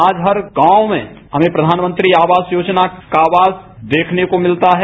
आज हर गांव में हमें प्रधानमंत्री आवास योजना का आवास देखने को मिलता है